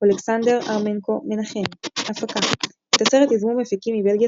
אולכסנדר ארמנקו - מנחם הפקה את הסרט יזמו מפיקים מבלגיה,